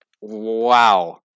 Wow